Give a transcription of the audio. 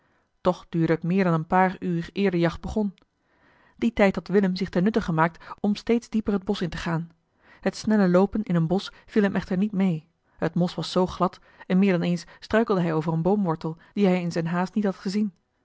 toch duurde het meer dan een paar uur eer de jacht begon dien tijd had willem zich ten nutte gemaakt om steeds dieper het bosch in te gaan het snelle loopen in een bosch viel hem echter niet mee t mos was zoo glad en meer dan eens struikelde hij over een boomwortel dien hij in zijne haast niet had gezien